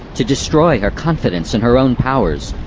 to destroy her confidence in her own powers,